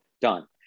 done